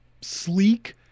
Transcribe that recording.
sleek